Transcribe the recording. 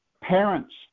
parents